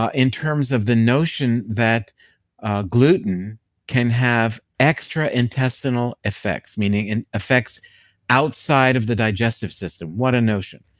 ah in terms of the notion that gluten can have extra intestinal effects, meaning and affects outside of the digestive system what a notion.